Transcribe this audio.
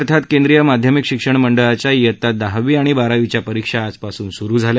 अर्थात केंद्रीय माध्यमिक शिक्षण मंडळच्या इयत्ता दहावी आणि बारावीच्या परीक्षा आजपासून सुरु झाल्या